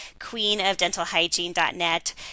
queenofdentalhygiene.net